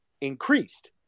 increased